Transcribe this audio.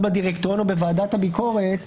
בדירקטוריון או בוועדת הביקורת ב-2ג(2).